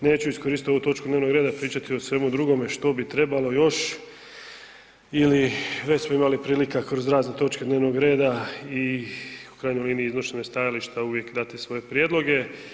Neću iskoristiti ovu točku dnevnog reda i pričati o svemu drugom što bi trebalo još ili već smo imali prilika kroz razne točke dnevnog reda i u krajnjoj liniji iznošenje stajališta uvijek dati svoje prijedloge.